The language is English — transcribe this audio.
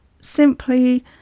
simply